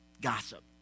gossip